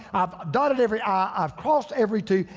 i've dotted every i, i've crossed every t,